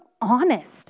honest